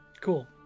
cool